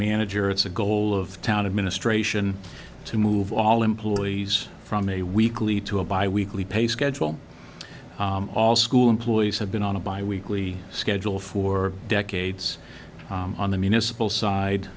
manager it's a goal of the town administration to move all employees from a weekly to a bi weekly pay schedule all school employees have been on a bi weekly schedule for decades on the municipal side